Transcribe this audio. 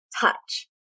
touch